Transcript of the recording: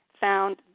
found